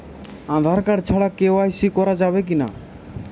Aadhaar card ছাড়া KYC করা যাবে কি না?